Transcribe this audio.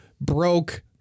broke